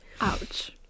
Ouch